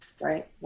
right